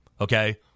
Okay